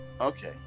okay